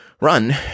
run